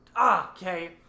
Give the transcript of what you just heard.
Okay